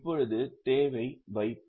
இப்போது தேவை வைப்பு